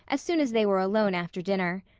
as soon as they were alone after dinner.